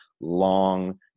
long